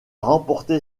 remporté